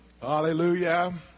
Hallelujah